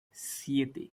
siete